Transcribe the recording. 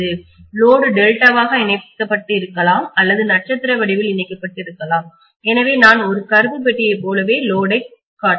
load டெல்டாவாக இணைக்கப்பட்டு இருக்கலாம் அல்லது நட்சத்திர வடிவில் இணைக்கப்பட்டு இருக்கலாம் எனவே நான் ஒரு கருப்பு பெட்டியைப் போலவே லோடை காட்டுகிறேன்